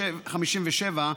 57),